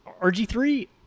RG3